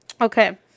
okay